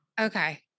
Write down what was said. okay